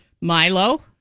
Milo